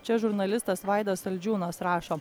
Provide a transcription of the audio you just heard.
čia žurnalistas vaidas saldžiūnas rašo